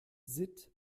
sitt